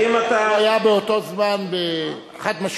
הוא היה באותו זמן חד-משמעי.